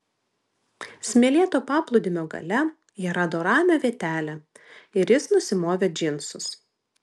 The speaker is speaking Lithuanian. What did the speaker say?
smėlėto paplūdimio gale jie rado ramią vietelę ir jis nusimovė džinsus